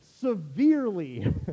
severely